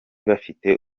bafite